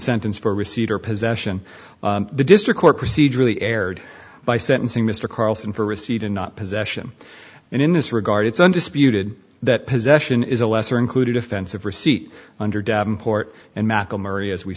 sentenced for receipt or possession the district court procedurally erred by sentencing mr carlson for receipt and not possession and in this regard it's undisputed that possession is a lesser included offense of receipt under davenport and mackel murray as we